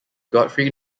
godfrey